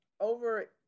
over